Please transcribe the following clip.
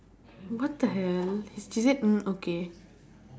what the hell she said hmm okay